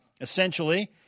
essentially